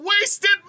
wasted